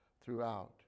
throughout